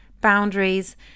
boundaries